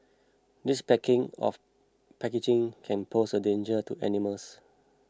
this packing of packaging can pose a danger to animals